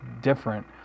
different